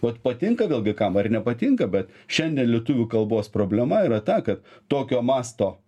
vat patinka vėlgi kam ar nepatinka bet šiandien lietuvių kalbos problema yra ta kad tokio masto